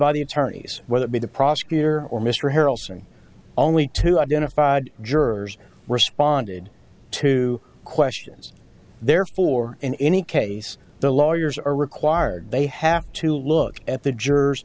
the attorneys whether it be the prosecutor or mr harrison only two identified jurors responded to questions therefore in any case the lawyers are required they have to look at the jurors